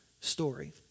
story